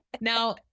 now